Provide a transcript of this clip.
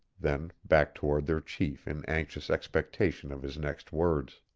then back toward their chief in anxious expectation of his next words.